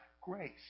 grace